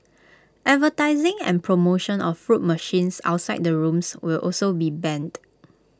advertising and promotion of fruit machines outside the rooms will also be banned